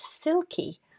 silky